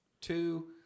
Two